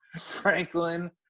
Franklin